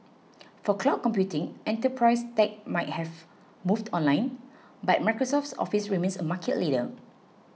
for cloud computing enterprise tech might have moved online but Microsoft's Office remains a market leader